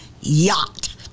yacht